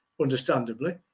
understandably